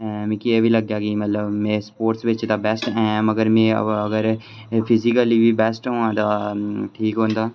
मिगी एह्बी लग्गेआ के में स्पोर्ट्स बिच बैस्ट ते ऐं मगर फिजीकली बी बैस्ट होआ दा ठीक होंदा